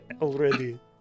already